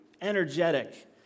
energetic